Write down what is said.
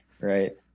right